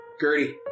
Gertie